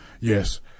yes